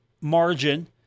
margin